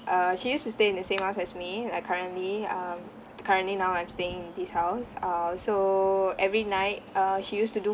err she used to stay in the same house as me like currently um currently now I'm staying in this house err so every night uh she used to do